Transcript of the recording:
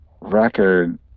record